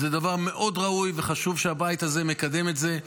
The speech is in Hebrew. זה דבר מאוד ראוי וחשוב שהבית הזה מקדם את זה.